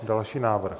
Další návrh.